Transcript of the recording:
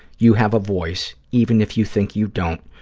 you have a voice, even if you think you don't.